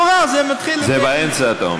תורה, זה מתחיל, אבל לא טוב באמצע.